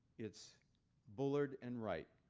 it's bullard and wright.